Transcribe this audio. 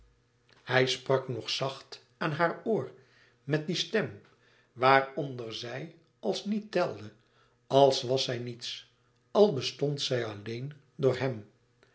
hij sprak nog zacht aan haar oor met die stem waaronder zij als niet telde als was zij niets als bestond zij alleen door hem